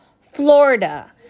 Florida